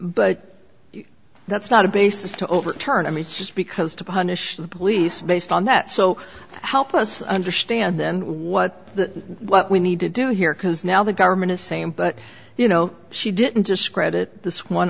but that's not a basis to overturn i mean just because to punish the police based on that so help us understand then what the what we need to do here because now the government is saying but you know she didn't discredit this one